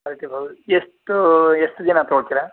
ಎಷ್ಟು ಎಷ್ಟು ದಿನ ತಗೊತಿರ